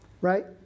right